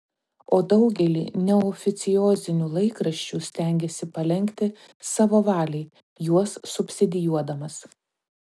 o daugelį neoficiozinių laikraščių stengėsi palenkti savo valiai juos subsidijuodamas